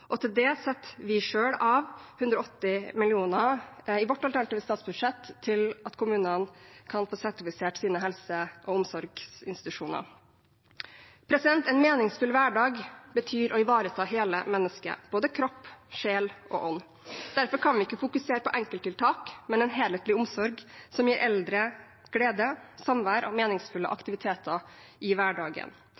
og til det setter vi i vårt alternative statsbudsjett av 180 mill. kr til at kommunene kan få sertifisert sine helse- og omsorgsinstitusjoner. En meningsfull hverdag betyr å ivareta hele mennesket, både kropp, sjel og ånd. Derfor kan vi ikke fokusere på enkelttiltak, men på en helhetlig omsorg som gir eldre glede, samvær og meningsfulle